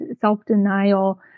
self-denial